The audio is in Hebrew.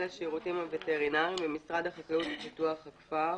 השירותים הווטרינריים במשרד החקלאות ופיתוח הכפר,